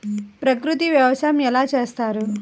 ప్రకృతి వ్యవసాయం ఎలా చేస్తారు?